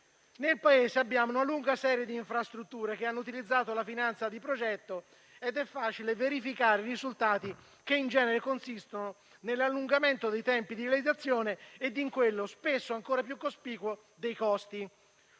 Nel Paese una lunga serie di infrastrutture hanno utilizzato la finanza di progetto ed è facile verificarne i risultati, che in genere consistono nell'allungamento dei tempi di realizzazione e in quello, spesso ancora più cospicuo, dei costi.